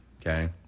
okay